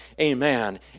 Amen